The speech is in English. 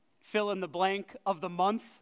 fill-in-the-blank-of-the-month